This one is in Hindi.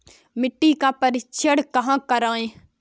मिट्टी का परीक्षण कहाँ करवाएँ?